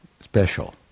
special